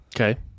Okay